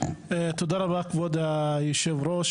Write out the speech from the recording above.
תודה רבה כבוד היו"ר.